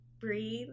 breathe